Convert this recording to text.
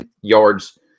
yards